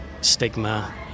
stigma